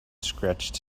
scratched